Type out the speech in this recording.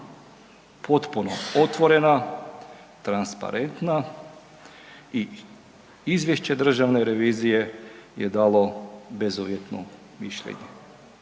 Potpuno otvorena, transparentna i izvješće državne revizije je dalo bezuvjetno mišljenje,